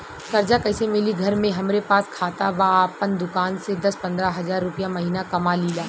कर्जा कैसे मिली घर में हमरे पास खाता बा आपन दुकानसे दस पंद्रह हज़ार रुपया महीना कमा लीला?